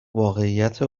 واقعیت